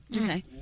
Okay